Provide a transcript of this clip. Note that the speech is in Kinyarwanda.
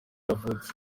yavutse